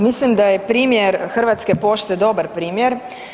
Mislim da je primjer Hrvatske pošte dobar primjer.